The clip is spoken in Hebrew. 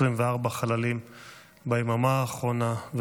24 חללים ביממה האחרונה,